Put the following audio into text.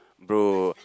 bro